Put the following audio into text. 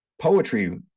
poetry